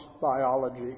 biology